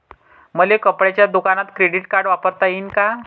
मले कपड्याच्या दुकानात क्रेडिट कार्ड वापरता येईन का?